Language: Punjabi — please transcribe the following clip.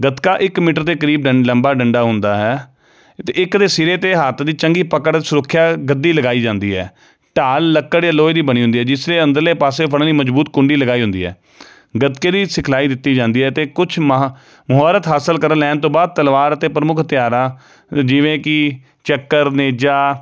ਗਤਕਾ ਇੱਕ ਮੀਟਰ ਦੇ ਕਰੀਬ ਡੰ ਲੰਬਾ ਡੰਡਾ ਹੁੰਦਾ ਹੈ ਅਤੇ ਇੱਕ ਦੇ ਸਿਰੇ 'ਤੇ ਹੱਥ ਦੀ ਚੰਗੀ ਪਕੜ ਸੁਰੱਖਿਆ ਗੱਦੀ ਲਗਾਈ ਜਾਂਦੀ ਹੈ ਢਾਲ ਲੱਕੜ ਜਾਂ ਲੋਹੇ ਦੀ ਬਣੀ ਹੁੰਦੀ ਜਿਸ ਦੇ ਅੰਦਰਲੇ ਪਾਸੇ ਫੜਨ ਲਈ ਮਜ਼ਬੂਤ ਕੁੰਡੀ ਲਗਾਈ ਹੁੰਦੀ ਹੈ ਗਤਕੇ ਦੀ ਸਿਖਲਾਈ ਦਿੱਤੀ ਜਾਂਦੀ ਹੈ ਅਤੇ ਕੁਛ ਮਹਾ ਮੁਹਾਰਤ ਹਾਸਲ ਕਰਨ ਲੈਣ ਤੋਂ ਬਾਅਦ ਤਲਵਾਰ ਅਤੇ ਪ੍ਰਮੁੱਖ ਹੱਥਿਆਰਾਂ ਜਿਵੇਂ ਕਿ ਚੱਕਰ ਨੇ ਜਾਂ